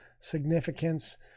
significance